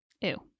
Ew